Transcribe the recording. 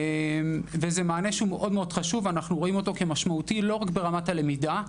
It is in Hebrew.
וזה מענה מאוד חשוב ורואים אותו כמשמעותי לא רק ברמת הלמידה,